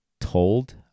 told